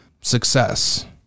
success